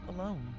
alone